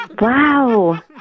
Wow